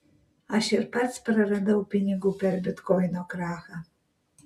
aš ir pats praradau pinigų per bitkoino krachą